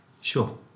Sure